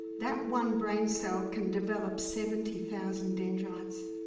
that one brain cell can develop seventy thousand dendrites.